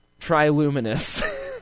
triluminous